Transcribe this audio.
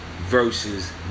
Versus